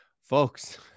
folks